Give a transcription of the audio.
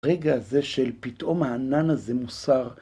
רגע הזה של פתאום הענן הזה מוסר.